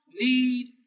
need